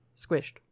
squished